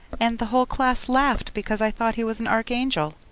and the whole class laughed because i thought he was an archangel.